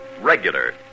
regular